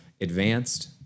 advanced